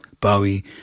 Bowie